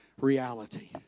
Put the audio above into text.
reality